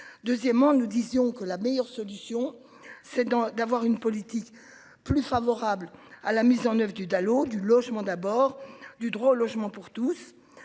Deuxièmement, nous disions que la meilleure solution c'est d'en, d'avoir une politique. Plus favorable à la mise en oeuvre du Dalo du logement d'abord du droit au logement pour tous